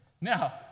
Now